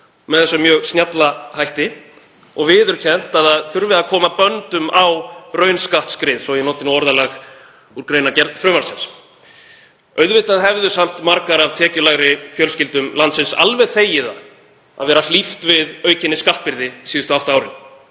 með þessum mjög snjalla hætti og viðurkennt að koma þurfi böndum á raunskattsskrið, svo að ég noti nú orðalag úr greinargerð frumvarpsins. Auðvitað hefðu samt margar af tekjulægri fjölskyldum landsins alveg þegið það að vera hlíft við aukinni skattbyrði síðustu átta árin